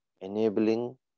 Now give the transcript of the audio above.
enabling